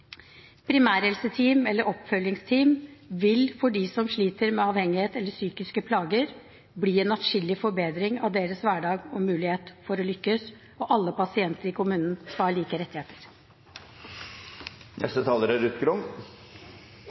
Primærhelseteam, eller oppfølgingsteam, vil for dem som sliter med avhengighet eller psykiske plager, bli en adskillig forbedring av deres hverdag og mulighet for å lykkes, og alle pasienter i kommunene skal ha like rettigheter. Primærhelsetjenesten og spesialisthelsetjenesten er